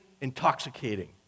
intoxicating